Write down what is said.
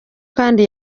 kandi